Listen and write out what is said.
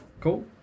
Cool